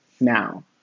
now